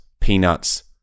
peanuts